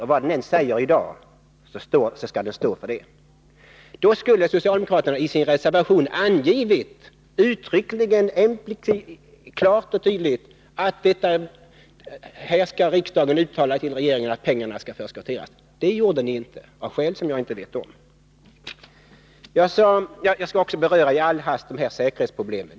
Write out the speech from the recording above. Och vad den än säger i dag skall den stå för det. Socialdemokraterna skulle i sin reservation uttryckligen, explicit och klart och tydligt ha angivit att riksdagen skall uttala till regeringen att pengarna skall förskotteras. Men det gjorde ni inte — av skäl som jag inte känner till. Jag skall också i all hast beröra säkerhetsproblemen.